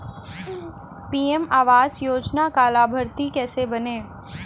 PM आवास योजना का लाभर्ती कैसे बनें?